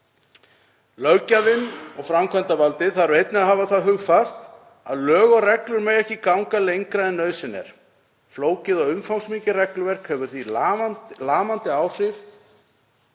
Löggjafinn og framkvæmdarvaldið þurfa einnig að hafa það hugfast að lög og reglur mega ekki ganga lengra en nauðsyn er. Flókið og umfangsmikið regluverk hefur lamandi áhrif